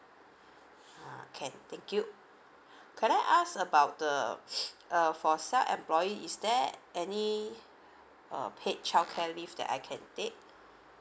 uh can thank you can I ask about the uh for self employee is there any uh paid childcare leave that I can take